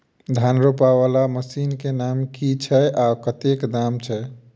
धान रोपा वला मशीन केँ नाम की छैय आ कतेक दाम छैय?